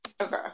Okay